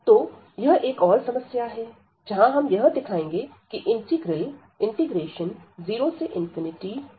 तो यह एक और समस्या है जहां हम यह दिखाएंगे कि इंटीग्रल 0e x2dx कन्वर्ज करेगा